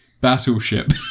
Battleship